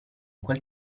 quel